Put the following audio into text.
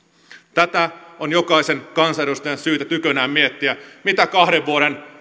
tätä on jokaisen kansanedustajan syytä tykönään miettiä mitä kahden vuoden